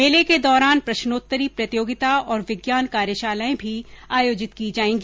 मेले के दौरान प्रश्नोत्तरी प्रतियोगिता और विज्ञान कार्यशालाएं भी आयोजित की जाएगी